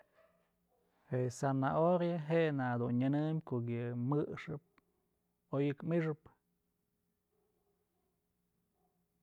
Je'e zanahoria je'e nak dun nyën ko'ok yë jëxëp oyëk mi'ixëp.